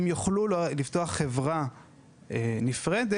הם יוכלו לפתוח חברה נפרדת,